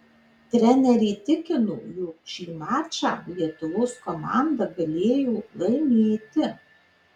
trenerė tikino jog šį mačą lietuvos komanda galėjo laimėti